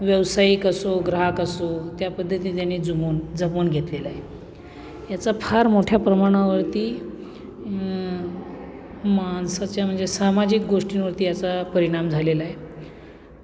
व्यावसायिक असो ग्राहक असो त्या पद्धतीनं त्याने जमवून जमवून घेतलेलं आहे याचा फार मोठ्या प्रमाणावरती माणसाच्या म्हणजे सामाजिक गोष्टींवरती याचा परिणाम झालेला आहे